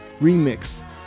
remix